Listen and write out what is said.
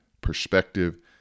perspective